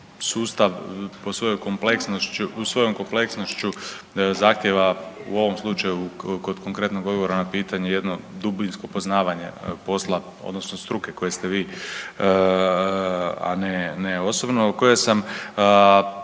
sustav svojom kompleksnošću zahtijeva u ovom slučaju kod konkretnog odgovora na pitanje jedno dubinsko poznavanje posla, odnosno struke koje ste vi a ne osobno. Demencija